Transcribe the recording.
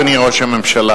אדוני ראש הממשלה,